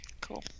cool